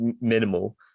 minimal